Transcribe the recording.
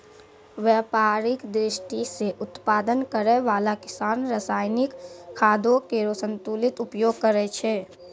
व्यापारिक दृष्टि सें उत्पादन करै वाला किसान रासायनिक खादो केरो संतुलित उपयोग करै छै